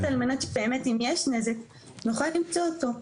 על מנת שבאמת אם יש נזק נוכל למצוא אותו.